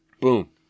Boom